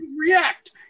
react